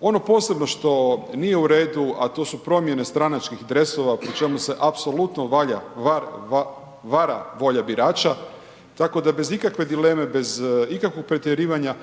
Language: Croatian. ono posebno što nije u redu a to su promjene stranačkih dresova po čemu se apsolutno vara volja birača tako da bez ikakve dileme, bez ikakvog pretjerivanja